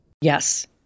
Yes